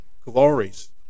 glories